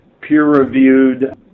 peer-reviewed